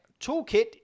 Toolkit